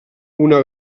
una